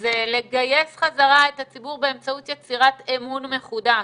זה לגייס חזרה את הציבור באמצעות יצירת אמון מחודש.